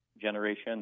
generation